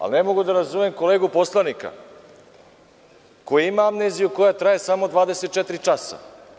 Ali, ne mogu da razumem kolegu poslanika koji ima amneziju koja traje samo 24 časa.